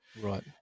Right